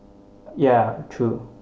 ya true